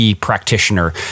practitioner